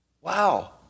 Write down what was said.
Wow